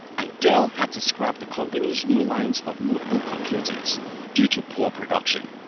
and dell had to scrap the company's new lines of notebook computers due to poor production.